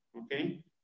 Okay